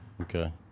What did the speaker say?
Okay